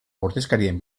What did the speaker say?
ordezkarien